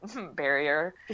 barrier